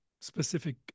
specific